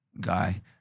guy